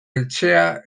etxea